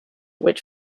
which